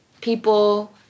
people